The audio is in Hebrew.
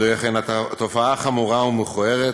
זוהי אכן תופעה חמורה ומכוערת,